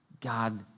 God